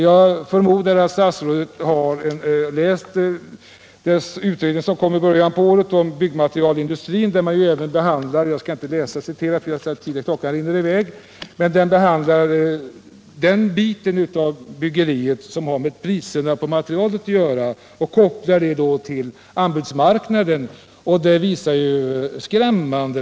Jag förmodar att statsrådet har läst nämndens utredning om byggnadsmaterialindustrin, som lades fram i början på året. Jag skall inte citera mycket ur den utredningen, för jag ser på klockan att tiden rinner i väg, men jag vill nämna att utredningen behandlar den delen av branschen som har med materialpriserna att göra och kopplar det till anbudsmarknaden. Resultatet är skrämmande.